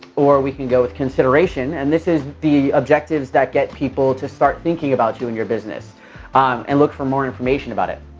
or we can go with consideration and this is the objectives that get people to start thinking about you and your business and look for more information about it.